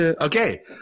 okay